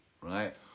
right